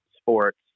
sports